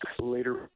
later